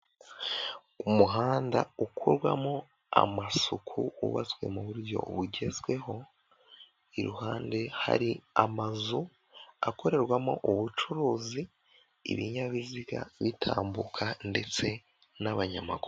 Umuhanda ukorwamo amasuku wubatswe mu buryo bugezweho iruhande hari amazu akorerwamo ubucuruzi ibinyabiziga bitambuka ndetse n'abanyamaguru.